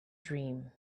dream